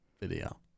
video